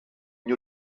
new